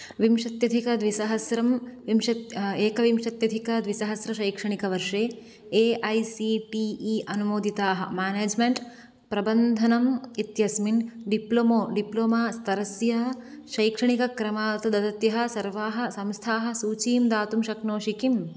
विंशत्यधिक द्विसहस्रम् विंशत् एकविंशत्यधिकद्विसहस्र शैक्षणिकवर्षे A I C T E अनुमोदिताः मेनेज्मेण्ट् प्रबन्धनम् इत्यस्मिन् डिप्लोमो डिप्लोमा स्तरस्य शैक्षणिकक्रमान् ददत्यः सर्वाः संस्थाः सूचीं दातुं शक्नोषि किम्